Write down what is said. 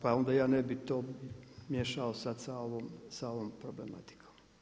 Pa onda ja ne bi to miješao sada sa ovom problematikom.